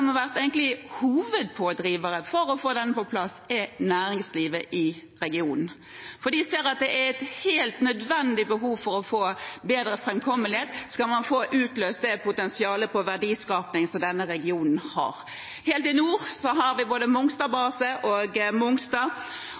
har vært hovedpådrivere for å få dette på plass, er næringslivet i regionen, for de ser at det er helt nødvendig å få bedre framkommelighet hvis man skal få utløst det potensialet for verdiskaping som denne regionen har. Helt i nord har vi både Mongstadbase og Mongstad,